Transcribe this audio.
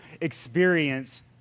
experience